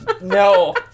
No